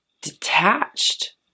detached